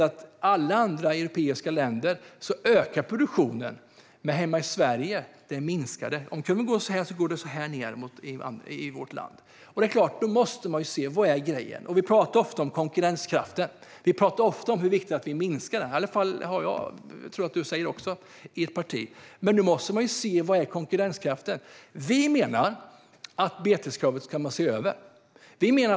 I alla andra europeiska länder ökar produktionen, men hemma i Sverige minskar den. Det är klart att man då måste se: Vad är grejen? Vi pratar ofta om konkurrenskraften. Men då måste man se vad som är konkurrenskraften. Vi menar att beteskravet bör ses över.